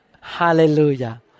Hallelujah